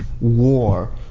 war